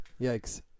Yikes